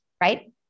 Right